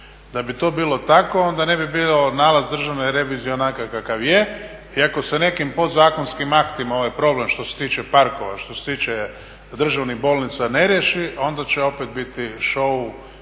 Da bi to bilo tako onda ne bi bio nalaz državne revizije onakav kakav je i ako se nekim podzakonskim aktima ovaj problem što se tiče parkova, što se tiče državnih bolnica ne riješi onda će opet biti show pet